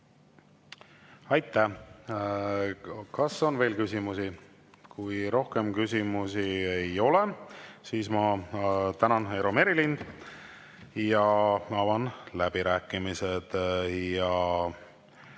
Aitäh! Kas on veel küsimusi? Kui rohkem küsimusi ei ole, siis ma tänan, Eero Merilind. Avan läbirääkimised.